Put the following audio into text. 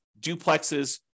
duplexes